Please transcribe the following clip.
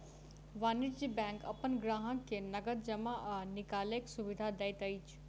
वाणिज्य बैंक अपन ग्राहक के नगद जमा आ निकालैक सुविधा दैत अछि